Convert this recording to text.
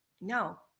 No